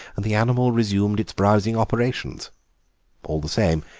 and the animal resumed its browsing operations all the same,